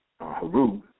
Haru